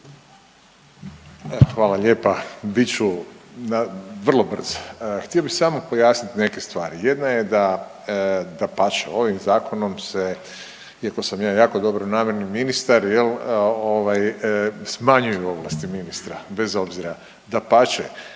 hvala lijepa, bit ću vrlo brz. Htio bi samo pojasnit neke stvari, jedna je da, dapače ovim zakonom se, iako sam ja jako dobronamjerni ministar jel, ovaj smanjuju ovlasti ministra bez obzira, dapače